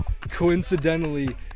coincidentally